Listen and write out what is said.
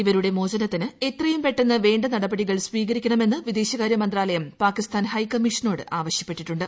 ഇവരുടെ മോചനത്തിന് എത്രയും പെട്ടെന്ന് വേണ്ട നടപടികൾ സ്വീകരിക്കണമെന്ന് വിദേശകാര്യ മന്ത്രാലയം പാകിസ്ഥാൻ ഹൈക്കമ്മീഷനോട് ആവശ്യപ്പെട്ടിട്ടുണ്ട്